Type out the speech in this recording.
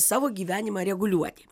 savo gyvenimą reguliuoti